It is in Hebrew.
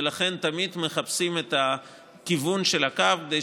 ולכן תמיד מחפשים את הכיוון של הקו כדי